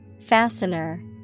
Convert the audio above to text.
Fastener